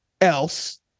else